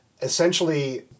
essentially